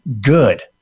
good